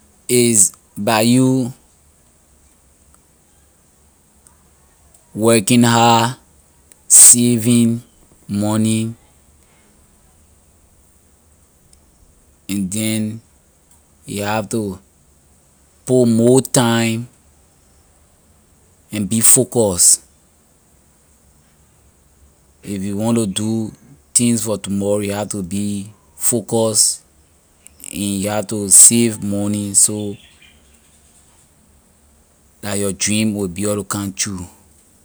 Is by you working hard saving money and then you have to put more time and be focus if you want to do things for tomorrow you have to be focus and you have to save money so la your dream will be able to come through.